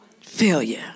failure